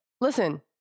Listen